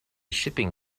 shipping